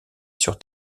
sur